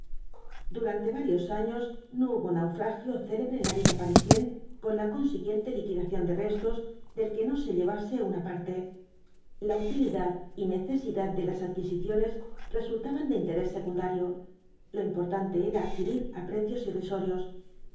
durante varios años no hubo naufragio célebre en la vida parisién con la consiguiente liquidación de restos del que no se llevase una parte la utilidad y necesidad de las adquisiciones resultaban de interés secundario lo importante era adquirir á precios irrisorios